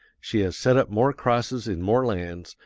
she has set up more crosses in more lands,